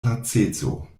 laceco